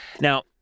Now